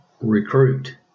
recruit